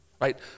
right